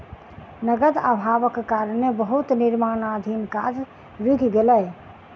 नकद अभावक कारणें बहुत निर्माणाधीन काज रुइक गेलै